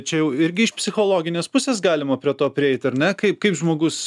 čia jau irgi iš psichologinės pusės galima prie to prieit ar ne kai kaip žmogus